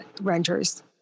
renters